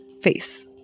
face